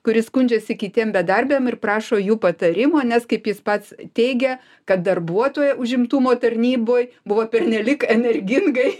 kuris skundžiasi kitiem bedarbiam ir prašo jų patarimo nes kaip jis pats teigia kad darbuotoja užimtumo tarnyboj buvo pernelyg energingai